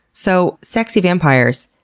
so, sexy vampires,